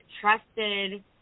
trusted